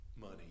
money